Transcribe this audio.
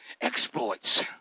exploits